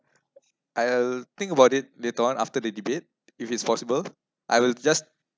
I'll think about it later on after the debate if it's possible I will just